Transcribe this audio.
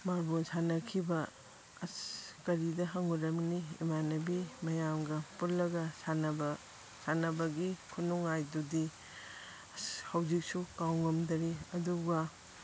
ꯃꯥꯔꯕꯣꯜ ꯁꯥꯟꯅꯈꯤꯕ ꯑꯁ ꯀꯔꯤꯗ ꯍꯪꯉꯨꯔꯅꯤ ꯏꯃꯥꯟꯅꯕꯤ ꯃꯌꯥꯝꯒ ꯄꯨꯜꯂꯒ ꯁꯥꯟꯅꯕ ꯁꯥꯟꯅꯕꯒꯤ ꯈꯨꯅꯨꯡꯉꯥꯏꯗꯨꯗꯤ ꯑꯁ ꯍꯧꯖꯤꯛꯁꯨ ꯀꯥꯎꯉꯝꯗꯔꯦ ꯑꯗꯨꯒ